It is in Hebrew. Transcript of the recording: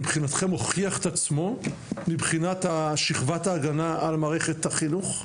מבחינתכם הוכיח את עצמו מבחינת שכבת ההגנה על מערכת החינוך?